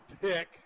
pick